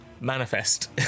manifest